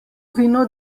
vino